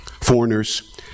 foreigners